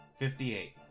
58